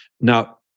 Now